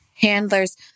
handler's